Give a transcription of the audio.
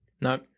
No